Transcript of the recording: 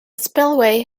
spillway